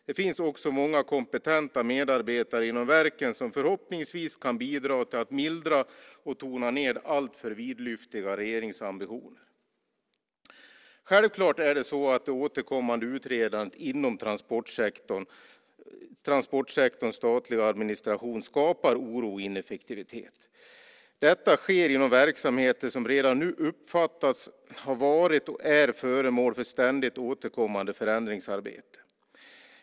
Det finns också många kompetenta medarbetare inom verken som förhoppningsvis kan bidra till att mildra och tona ned alltför vidlyftiga regeringsambitioner. Självklart är det så att det återkommande utredandet inom transportsektorns statliga administration skapar oro och ineffektivitet. Detta sker inom verksamheter som redan nu uppfattas ha varit och är föremål för ständigt återkommande förändringsarbete.